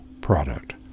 product